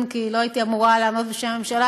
כי לא הייתי אמורה לענות בשם הממשלה,